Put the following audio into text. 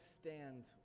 stand